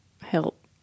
help